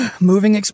Moving